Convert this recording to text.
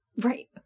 Right